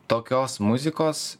tokios muzikos